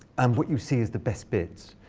and what you see is the best bits.